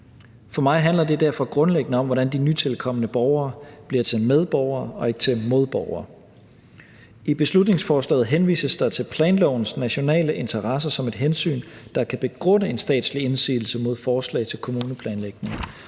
For mig handler det derfor grundlæggende om, hvordan de nytilkomne borgere bliver til medborgere og ikke til modborgere. I beslutningsforslaget henvises der til planlovens nationale interesser som et hensyn, der kan begrunde en statslig indsigelse mod forslag til kommuneplanlægningen.